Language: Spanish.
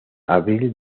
abril